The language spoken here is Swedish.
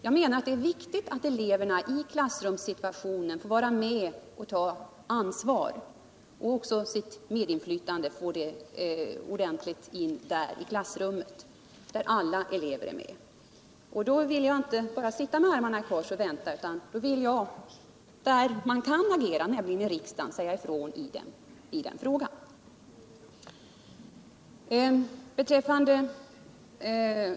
Jag menar att det är viktigt att alla olover får vara med och ta ansvar och också får ett ordentligt medinflytande i klassrumssituationen. Jag vill därför inte bara sitta med armarna i kors och vänta på att nägot skall hända utan vill på det ställe där man kan agera, nämligen i riksdagen, säga ifrån att något bör göras I denna fråga.